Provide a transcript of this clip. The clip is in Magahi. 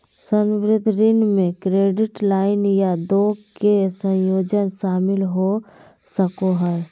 संबंद्ध ऋण में क्रेडिट लाइन या दो के संयोजन शामिल हो सको हइ